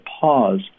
pause